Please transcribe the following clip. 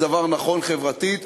זה דבר נכון חברתית.